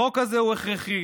החוק הזה הוא הכרחי,